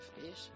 fish